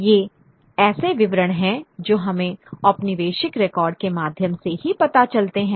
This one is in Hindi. ये ऐसे विवरण हैं जो हमें औपनिवेशिक रिकॉर्ड के माध्यम से ही पता चलते हैं